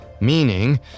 Meaning